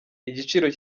igiciro